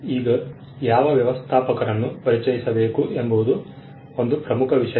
ಈಗ ಯಾವ ವ್ಯವಸ್ಥಾಪಕರನ್ನು ಪರಿಚಯಿಸಬೇಕು ಎಂಬುದು ಒಂದು ಪ್ರಮುಖ ವಿಷಯ